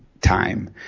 time